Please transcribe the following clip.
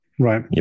Right